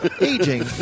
aging